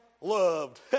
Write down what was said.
loved